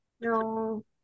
No